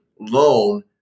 loan